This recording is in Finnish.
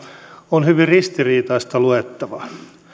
on hyvin ristiriitaista luettavaa